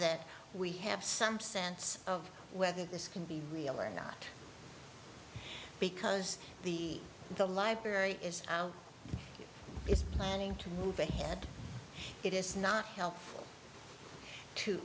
that we have some sense of whether this can be real or not because the the library is it's planning to move ahead it is not helpful to